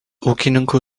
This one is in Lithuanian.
ūkininkų